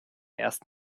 erst